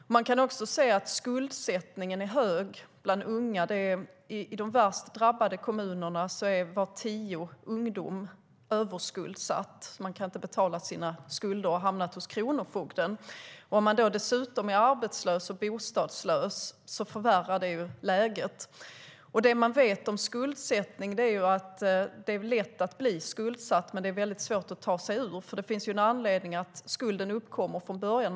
Vi kan också se att skuldsättningen är hög bland unga. I de värst drabbade kommunerna är var tionde ungdom överskuldsatt. Man kan inte betala sina skulder och har hamnat hos kronofogden. Om man då dessutom är arbetslös och bostadslös förvärrar det läget. Det vi vet om skuldsättning är att det är lätt att bli skuldsatt men väldigt svårt att ta sig ur, för det finns ju en anledning till att skulden uppkommer från början.